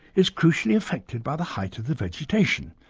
is crucially affected by the height of the vegetation.